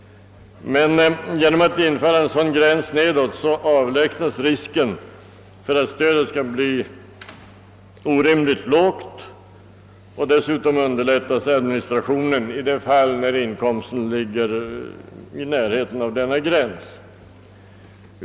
Men om ett lägsta bidragsbelopp fastställs, avlägsnas risken att stödet blir orimligt lågt. Dessutom underlättas administrationen i sådana fall där inkomsten ligger i närheten av denna gräns.